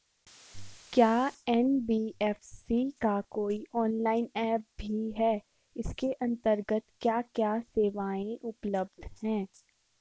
क्या एन.बी.एफ.सी का कोई ऑनलाइन ऐप भी है इसके अन्तर्गत क्या क्या सेवाएँ उपलब्ध हैं?